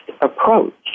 approach